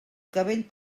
cabell